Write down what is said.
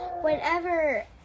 whenever